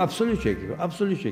absoliučiai absoliučiai